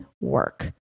work